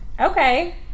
Okay